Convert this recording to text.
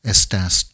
Estas